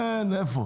איפה?